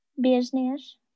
business